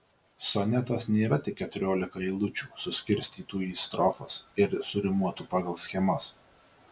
sonetas nėra tik keturiolika eilučių suskirstytų į strofas ir surimuotų pagal schemas